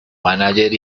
mánager